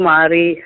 Mari